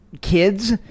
kids